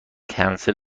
کنسل